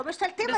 לא משתלטים,